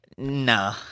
No